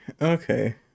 Okay